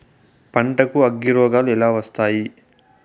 పంటకు అగ్గిరోగాలు ఎలా వస్తాయి?